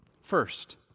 First